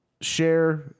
Share